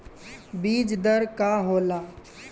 बीज दर का होला?